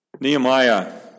Nehemiah